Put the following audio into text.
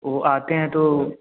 वो आते हैं तो